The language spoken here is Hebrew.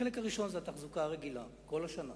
החלק הראשון זה התחזוקה הרגילה, כל השנה.